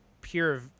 pure